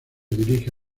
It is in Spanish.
dirige